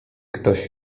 ktoś